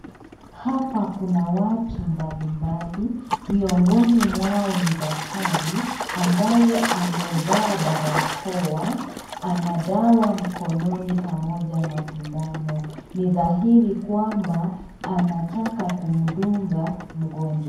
Hapa kuna watu mbalimbali, miongoni mwao ni daktari ambaye amevaa barakoa. Ana dawa mkononi pamoja na sindano. Nidhahiri kwamba anataka kumudunga mgonjwa.